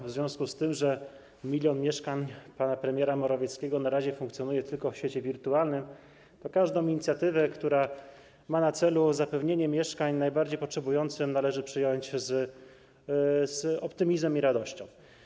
W związku z tym, że milion mieszkań pana premiera Morawieckiego na razie funkcjonuje tylko w świecie wirtualnym, to każdą inicjatywę, która ma na celu zapewnienie mieszkań najbardziej potrzebującym, należy przyjąć z optymizmem i radością.